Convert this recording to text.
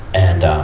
and, um,